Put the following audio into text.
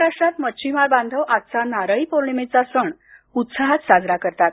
महाराष्ट्रात मच्छिमार बांधव आजचा नारळी पौर्णिमेचा सण उत्साहात साजरा करतात